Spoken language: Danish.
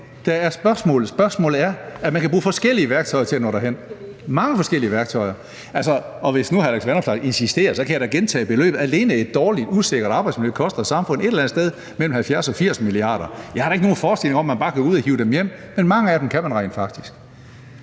er ikke det, der er spørgsmålet. Spørgsmålet er om, at man kan bruge forskellige værktøjer til at nå derhen, mange forskellige værktøjer. Og hvis hr. Alex Vanopslagh insisterer, så kan jeg da gentage beløbet: Alene et dårligt, usikkert arbejdsmiljø koster samfundet et eller andet sted mellem 70 og 80 mia. kr. Jeg har da ikke nogen forestilling om, at man bare kan gå ud og hive dem hjem, men mange af dem kan man rent faktisk.